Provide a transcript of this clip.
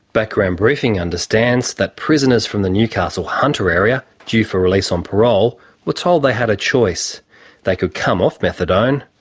background briefing understands that prisoners from the newcastle hunter area due for release on parole were told they had a choice they could come off methadone,